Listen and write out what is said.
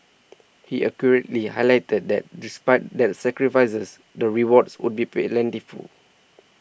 he accurately highlighted that despite the sacrifices the rewards would be plentiful